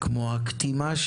כמו הקטימה,